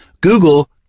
Google